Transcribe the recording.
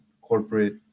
corporate